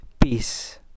Peace